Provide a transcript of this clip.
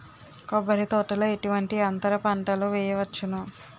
కొబ్బరి తోటలో ఎటువంటి అంతర పంటలు వేయవచ్చును?